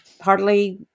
hardly